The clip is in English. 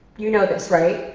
you know this, right